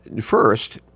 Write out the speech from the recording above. First